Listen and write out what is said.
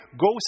Go